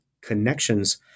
connections